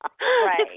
Right